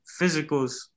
physicals